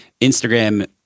Instagram